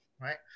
right